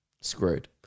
screwed